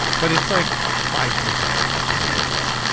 but it's like five percent as much as it would have been.